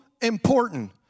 important